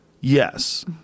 Yes